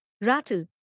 Rattle